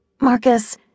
Marcus